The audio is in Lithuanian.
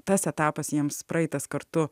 tas etapas jiems praeitas kartu